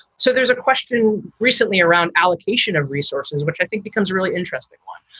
so there's a question recently around allocation of resources, which i think becomes a really interesting one.